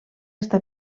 està